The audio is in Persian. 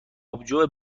آبجو